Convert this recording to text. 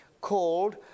called